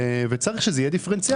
צריך שזה יהיה דיפרנציאלי.